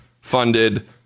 funded